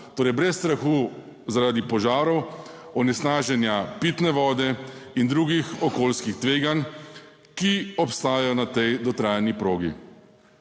brez strahu zaradi požarov, onesnaženja pitne vode in drugih okoljskih tveganj, ki obstajajo na tej dotrajani progi.